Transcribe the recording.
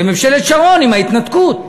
בממשלת שרון, עם ההתנתקות.